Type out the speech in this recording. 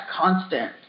constant